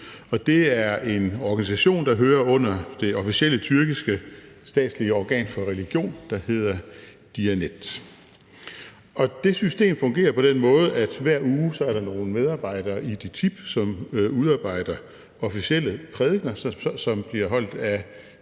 det er en organisation, der hører under det officielle tyrkiske statslige organ for religion, der hedder Diyanet. Det system fungerer på den måde, at hver uge er der nogle medarbejdere i DİTİB, som udarbejder officielle prædikener, som bliver holdt af